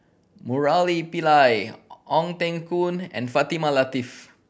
Murali Pillai Ong Teng Koon and Fatimah Lateef